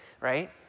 right